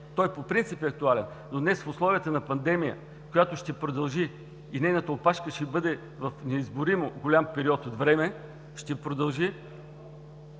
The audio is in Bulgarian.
по принцип, но днес в условията на пандемия, която ще продължи, и нейната опашка ще бъде в неизброимо голям период от време, ние трябва